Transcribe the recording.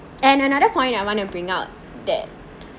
and another point I want to bring out that